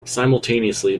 simultaneously